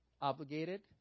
Obligated